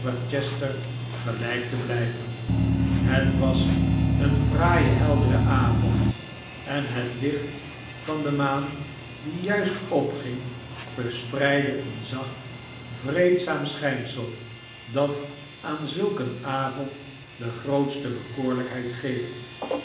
gelijk te blijven het was een fraaie heldere avond en het licht van de maan die juist opging verspreidde een zacht vreemdzaam schijnsel dat aan zulk een avond de grootste bekoorlijkheid geeft